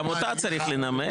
גם אותה צריך לנמק.